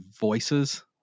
voices